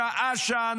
שעה-שעה,